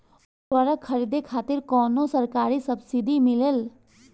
उर्वरक खरीदे खातिर कउनो सरकारी सब्सीडी मिलेल?